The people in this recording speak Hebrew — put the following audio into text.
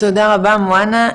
תודה רבה מוהאנה,